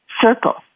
circle